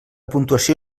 puntuació